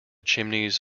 chimneys